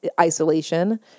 isolation